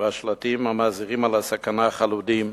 והשלטים המזהירים על הסכנה חלודים,